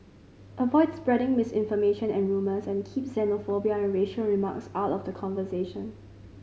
avoid spreading misinformation and rumours and keep xenophobia and racial remarks out of the conversation